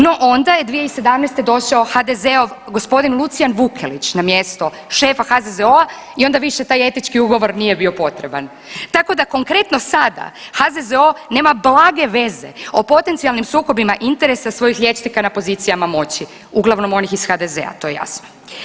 No onda je 2017. došao g. Lucijan Vukelić na mjesto šefa HZZO-a i onda više taj etički ugovor nije bio potreban, tako da konkretno sada HZZO nema blage veze o potencijalnim sukobima interesa svojih liječnika na pozicijama moći, uglavnom onih iz HDZ-a, to je jasno.